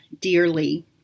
dearly